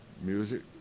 music